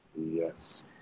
Yes